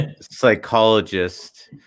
psychologist